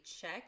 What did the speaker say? check